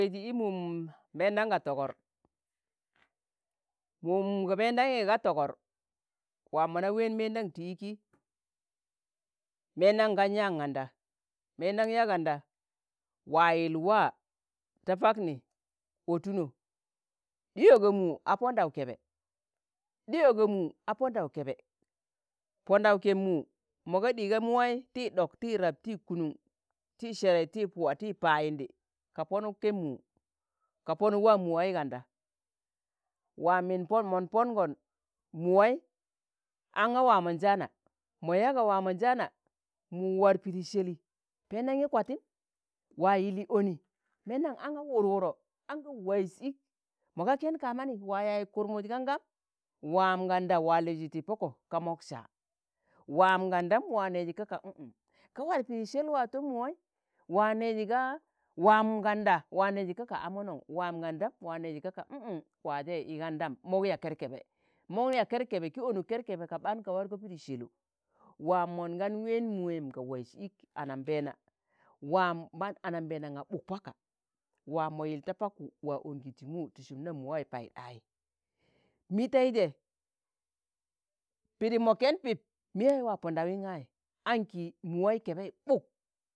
weji i mum meendam ga tọgọr, mum meen ɗanyi ga tọgọr, waam na ween meendan ti iki, meendaṇ gaṇ yaaṇ ganda, meendaṇ yaa ganda waa yil waa ta pakni, otuno ɗiyo ga mu a Pọndaṇ kẹbẹ, ɗiyo ga mu a Pọndau kẹbẹ, pọndaụ kebmu mọ ga ɗiga muwai ti ɗok, ti rab, ti kunuṇ ti serei, ti puwa, ti payindi, ka ponuk keb mu, ka ponuk waa mu wai ganda, waa min mon pọngọn, mu wai ang̣a waamonjaana, mo yaa ga waamonjaana mu war pidi sẹlị, pendaṇyi kwatim waa yili oni meendaṇ aṇga worworọ, aṇga waiz ik, mọ ga ken kaa mani wa yaaz kurmus gan gam, dam waam ganda waa liizi ti pọkọ ka mok saa, waam gan dam waa neji ka, ka n'n, ka war piddi sel wa tọm muwai wa neji ga waam ganda waa neji ga, ka a monoṇ waam gandam waa neji kạka n'n waa je i gandam mok ya kerbebe, mok yaa kerkebe ki onuk kerkebe ka ɓaan ka warọk pidi sẹlọ, waa mon gan ween ga waiz ik anambeena waam mag anambeena ng̣a ɓuk paka waa mo yil ta pakwu waa ongi ti mu, ti sum nam mu wai wa paiɗai, miteije pidim mo ken pip miyewai wa pọndawiṇ gai anki muwai kẹbẹi ɓuk